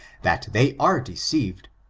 that they are deceived,